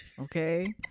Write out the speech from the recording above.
okay